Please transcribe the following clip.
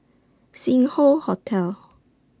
Sing Hoe Hotel